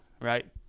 Right